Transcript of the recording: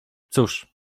cóż